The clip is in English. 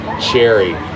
Cherry